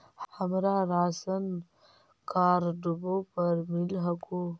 हमरा राशनकार्डवो पर मिल हको?